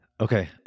okay